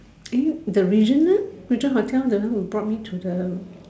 eh the regent leh regent hotel the one you brought me to the